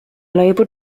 label